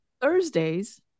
Thursdays